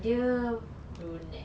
dia brunette